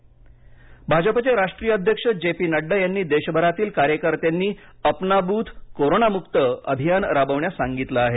नड्डा भाजपाचे राष्ट्रीय अध्यक्ष जे पी नड्डा यांनी देशभरातील कार्यकर्त्यांनी अपना बूथ कोरोना मुक्त अभियान राबवण्यास सांगितलं आहे